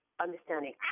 understanding